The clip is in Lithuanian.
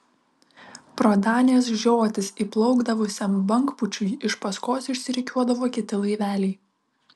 pro danės žiotis įplaukdavusiam bangpūčiui iš paskos išsirikiuodavo kiti laiveliai